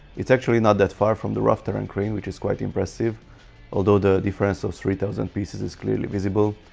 it's actually not that far from the rough terrain and crane which is quite impressive although the difference of three thousand pieces is clearly visible,